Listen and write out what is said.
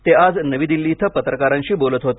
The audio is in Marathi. ते आज नवी दिल्ली इथं पत्रकारांशी बोलत होते